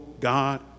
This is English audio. God